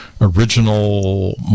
original